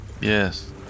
Yes